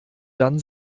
dann